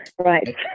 Right